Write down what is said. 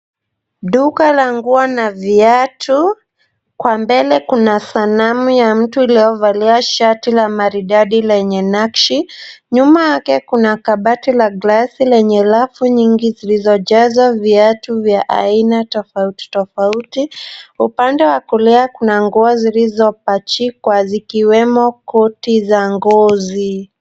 Duka la nguo na viatu. Kwa mbele kuna sanamu ya mtu iliyovalia shati la maridadi lenye nakshi. Nyuma yake kuna kabati la glasi lenye rafu nyingi zilizojaza viatu vya aina tofauti tofauti. Upande wa kulia kuna nguo zilizopachikwa zikiwemo koti za ngozi.